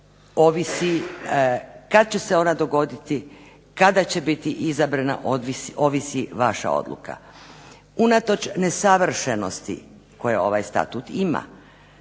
ovisi kada će se ona dogoditi, kada će biti izabrana ovisi vaša odluka. Unatoč nesavršenosti koje ovaj Statut ima